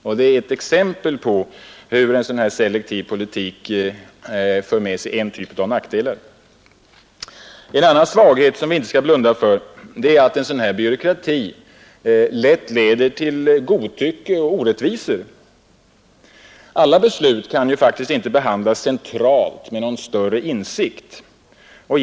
Detta är ett exempel på hur en selektiv politik för med sig en typ av nackdelar. En annan svaghet, som man inte kan blunda för, är att byråkrati lätt leder till godtycke och orättvisor. Alla beslut kan faktiskt inte med någon större insikt behandlas centralt.